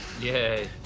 Yay